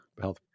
health